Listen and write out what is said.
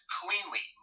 cleanly